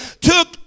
took